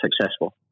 successful